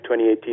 2018